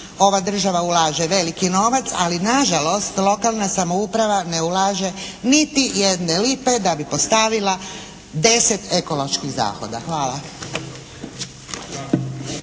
ova država ulaže veliki novac ali nažalost lokalna samouprava ne ulaže niti jedne lipe da bi postavila deset ekoloških zahoda. Hvala.